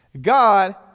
God